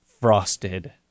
frosted